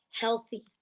healthy